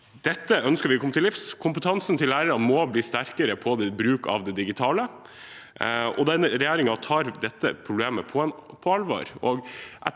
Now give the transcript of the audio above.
Dette ønsker vi å komme til livs. Kompetansen til lærerne må også bli sterkere på bruk av det digitale. Regjeringen tar dette problemet på alvor.